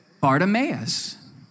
Bartimaeus